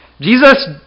Jesus